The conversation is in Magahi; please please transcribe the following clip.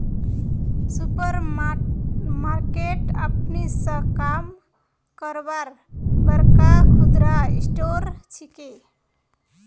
सुपर मार्केट अपने स काम करवार बड़का खुदरा स्टोर छिके